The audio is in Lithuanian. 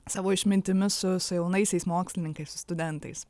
savo išmintimi su su jaunaisiais mokslininkais su studentais